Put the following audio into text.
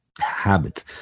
habit